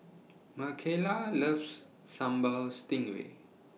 Mckayla loves Sambal Stingray